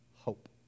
hope